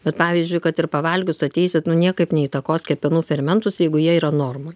bet pavyzdžiui kad ir pavalgius ateisit nu niekaip neįtakos kepenų fermentus jeigu jie yra normoj